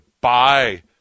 buy